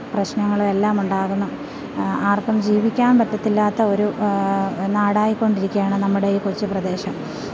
പ്രശ്നങ്ങള് എല്ലാം ഉണ്ടാകുന്നു ആര്ക്കും ജീവിക്കാൻ പറ്റത്തില്ലാത്ത ഒരു നാടായിക്കൊണ്ടിരിക്കുകയാണ് നമ്മുടെ ഈ കൊച്ചു പ്രദേശം